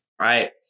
Right